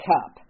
Cup